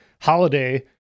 holiday